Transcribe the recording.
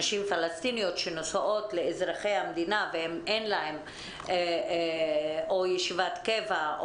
נשים פלסטיניות שנשואות לאזרחי המדינה ואין להן ישיבת קבע,